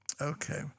Okay